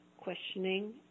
questioning